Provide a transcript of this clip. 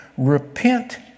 Repent